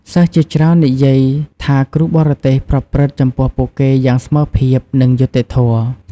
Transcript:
សិស្សជាច្រើននិយាយថាគ្រូបរទេសប្រព្រឹត្តចំពោះពួកគេយ៉ាងស្មើភាព និងយុត្តិធម៌។